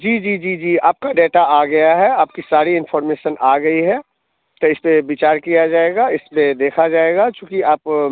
जी जी जी जी आपका डेटा आ गया है आपकी सारी इन्फॉर्मेशन आ गई है तो इसपे विचार किया जाएगा इसलिए देखा जाएगा चूँकि आप